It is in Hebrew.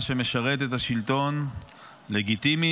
מה שמשרת את השלטון לגיטימי,